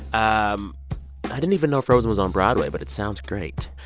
um i didn't even know frozen was on broadway, but it sounds great.